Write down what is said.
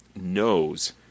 knows